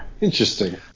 interesting